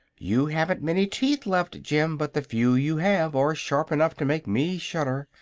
you haven't many teeth left, jim, but the few you have are sharp enough to make me shudder.